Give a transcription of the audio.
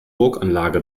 burganlage